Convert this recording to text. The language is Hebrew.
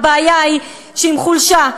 הבעיה היא שעם חולשה,